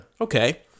Okay